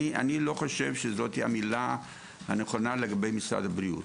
אני לא חושב שזאת המילה הנכונה לגבי משרד הבריאות.